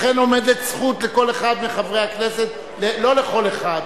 לכן עומדת זכות לכל אחד מחברי הכנסת, לא לכל אחד,